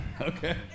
okay